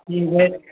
ठीक है